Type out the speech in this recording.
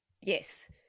yes